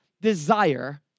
desire